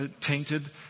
tainted